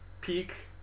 peak